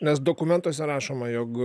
nes dokumentuose rašoma jog